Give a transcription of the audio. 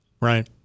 Right